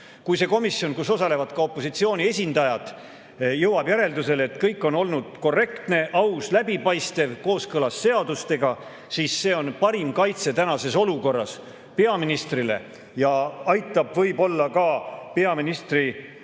Kui see komisjon, kus osalevad ka opositsiooni esindajad, jõuab järeldusele, et kõik on olnud korrektne, aus, läbipaistev ja kooskõlas seadustega, siis see on peaministrile praeguses olukorras parim kaitse ja aitab võib-olla ka hakata